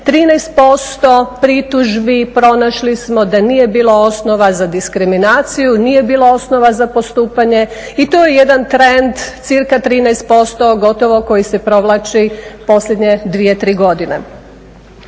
13% pritužbi pronašli smo da nije bilo osnova za diskriminaciju, nije bilo osnova za postupanje i to je jedan trend cca 13% gotovo koji se provlači posljednje 2-3 godine.